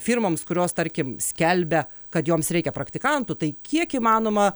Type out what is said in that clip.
firmoms kurios tarkim skelbia kad joms reikia praktikantų tai kiek įmanoma